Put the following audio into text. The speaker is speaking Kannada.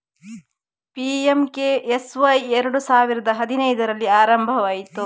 ಪಿ.ಎಂ.ಕೆ.ಎಸ್.ವೈ ಎರಡು ಸಾವಿರದ ಹದಿನೈದರಲ್ಲಿ ಆರಂಭವಾಯಿತು